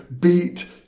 beat